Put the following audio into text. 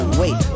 wait